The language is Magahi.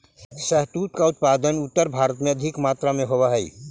शहतूत का उत्पादन उत्तर भारत में अधिक मात्रा में होवअ हई